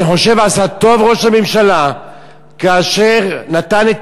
אני חושב שעשה טוב ראש הממשלה כאשר נתן את